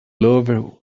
lover